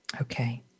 Okay